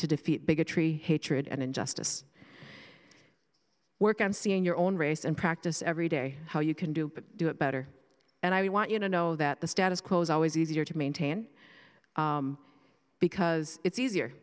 to defeat bigotry hatred and injustice work on seeing your own race and practice every day how you can do but do it better and i want you to know that the status quo is always easier to maintain because it's easier